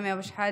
סמי אבו שחאדה,